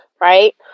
right